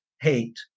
hate